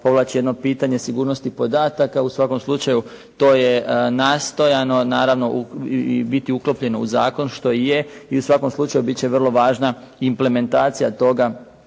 povlači jedno pitanje sigurnosti podataka, u svakom slučaju to je nastojano, naravno i biti uklopljeno u zakon što i je i u svakom slučaju biti će vrlo važna implementacija toga